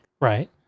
Right